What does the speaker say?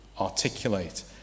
articulate